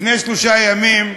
לפני שלושה ימים,